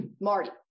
Marty